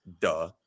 Duh